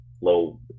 low